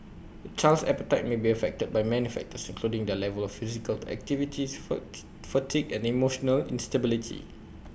A child's appetite may be affected by many factors including their level of physical activities fatigue and emotional instability